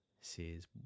says